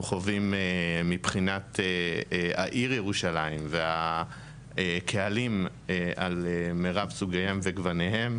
חווים מבחינת העיר ירושלים והקהלים על מרב סוגיהם וגווניהם.